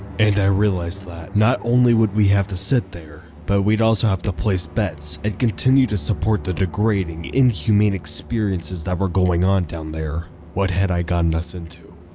and i realized that, not only would we have to sit there, but we'd also have to place bets and continue to support the degrading, inhumane experiences that were going on down there. what had i gotten us into?